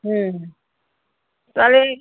হুম হুঁ তাহলে